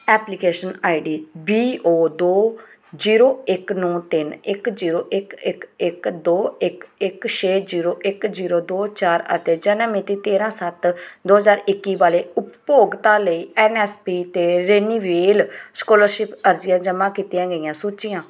application I D B O ਦੋ zero ਇੱਕ ਨੌਂ ਤਿੰਨ ਇੱਕ ਜ਼ੀਰੋ ਇੱਕ ਇੱਕ ਇੱਕ ਦੋ ਇੱਕ ਇੱਕ ਛੇ ਜ਼ੀਰੋ ਇੱਕ ਜ਼ੀਰੋ ਦੋ ਚਾਰ ਅਤੇ ਜਨਮ ਮਿਤੀ ਤੇਰ੍ਹਾਂ ਸੱਤ ਦੋ ਹਜ਼ਾਰ ਇੱਕੀ ਵਾਲੇ ਉਪਭੋਗਤਾ ਲਈ ਐਨ ਐਸ ਪੀ 'ਤੇ ਰਿਨਿਵੇਲ ਸਕਾਲਰਸ਼ਿਪ ਅਰਜ਼ੀਆਂ ਜਮ੍ਹਾਂ ਕੀਤੀਆਂ ਗਈਆਂ ਸੂਚੀਆਂ